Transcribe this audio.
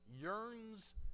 yearns